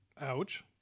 Ouch